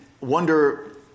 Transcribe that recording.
wonder